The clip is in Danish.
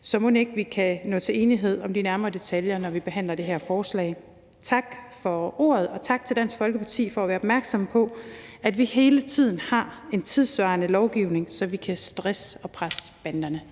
Så mon ikke vi kan nå til enighed om de nærmere detaljer, når vi behandler det her forslag. Tak for ordet, og tak til Dansk Folkeparti for at være opmærksomme på, at vi hele tiden har en tidssvarende lovgivning, så vi kan stresse og presse banderne.